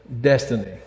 destiny